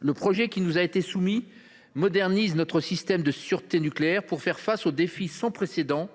Le projet de réforme qui nous a été soumis modernise notre système de sûreté nucléaire pour faire face au défi sans précédent